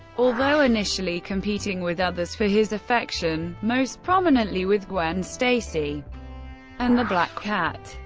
although initially competing with others for his affection, most prominently with gwen stacy and the black cat.